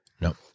No